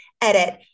edit